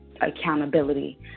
Accountability